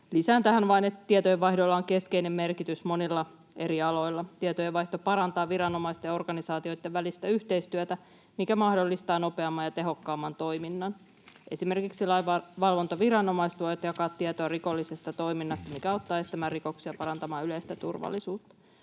Lisään tähän vain, että tietojenvaihdolla on keskeinen merkitys monilla eri aloilla. Tietojenvaihto parantaa viranomaisten ja organisaatioitten välistä yhteistyötä, mikä mahdollistaa nopeamman ja tehokkaamman toiminnan. Esimerkiksi lainvalvontaviranomaiset voivat jakaa tietoa rikollisesta toiminnasta, mikä auttaa estämään rikoksia ja parantamaan yleistä turvallisuutta.